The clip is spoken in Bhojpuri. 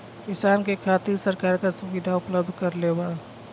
किसान के खातिर सरकार का सुविधा उपलब्ध करवले बा?